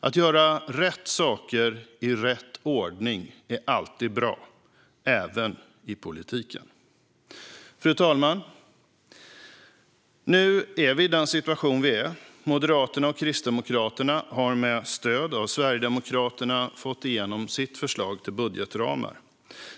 Att göra rätt saker i rätt ordning är alltid bra, även i politiken. Fru talman! Nu är vi i den situation vi är i. Moderaterna och Kristdemokraterna har med stöd av Sverigedemokraterna fått igenom sitt förslag till budgetramar.